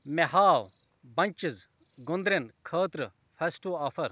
مےٚ ہاو پَنچِز گونٛدریٚن خٲطرٕ فیٚسٹو آفر